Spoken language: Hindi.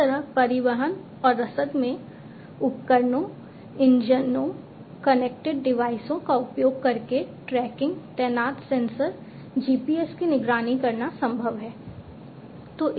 इसी तरह परिवहन और रसद में उपकरणों इंजनों कनेक्टेड डिवाइसों का उपयोग करके ट्रैकिंग तैनात सेंसर GPS की निगरानी करना संभव है